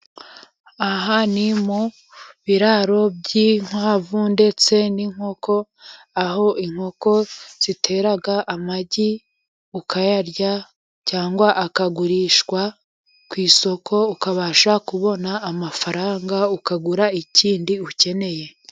Aha ni mu biraro by'inkwavu ndetse n'inkoko, aho inkoko zitera amagi ukayarya cyangwa akagurishwa ku isoko, ukabasha kubona amafaranga ukagura ikindi ukeneye.